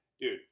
Dude